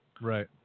Right